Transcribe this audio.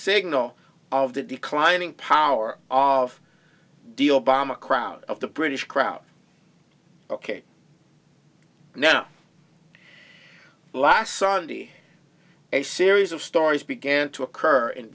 signal of the declining power of deal bomb a crowd of the british crowd ok i know last sunday a series of stories began to occur in